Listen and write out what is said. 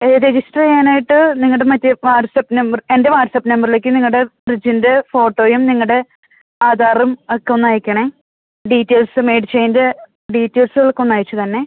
register ചെയ്യാനായിട്ട് നിങ്ങളുടെ മറ്റേ വാട്ട്സപ്പ് നമ്പർ എൻ്റെ വാട്ട്സപ്പ് നമ്പറിലേക്ക് നിങ്ങളുടെ ഫ്രിഡ്ജിൻ്റെ ഫോട്ടോയും നിങ്ങളുടെ ആധാറും ഒക്കെ ഒന്ന് അയയ്ക്കണേ ഡീറ്റെയിൽസ് മേടിച്ചതിൻ്റെ ഡീറ്റെയിൽസുകൾ ഒക്കെ ഒന്ന് അയച്ച് തരണേ